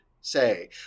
say